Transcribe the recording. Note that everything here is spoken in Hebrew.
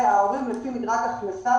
וההורים לפי מדרג הכנסה,